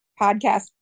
podcast